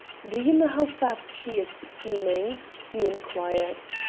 do you know how fast she is steaming? he inquired.